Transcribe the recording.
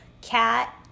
cat